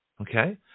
okay